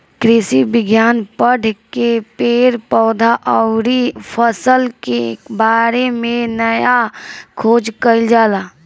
कृषि विज्ञान पढ़ के पेड़ पौधा अउरी फसल के बारे में नया खोज कईल जाला